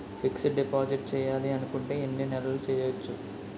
Fixed deposit చేయాలి అనుకుంటే ఎన్నే నెలలకు చేయొచ్చు?